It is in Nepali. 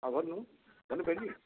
भन्नु बहिनी